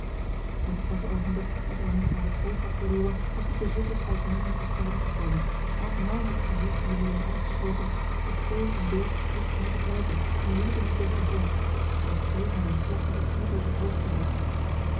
het korte oogenblik dat hij hen uit het oog had verloren was den bezoekers uitnemend te stade gekomen want naauw had de pleyes die woorden uitgesproken of teun en dirk wisten hem te grijpen en wierpen hem tegen den grond terwijl kriel hem een slag met den knuppel op het hoofd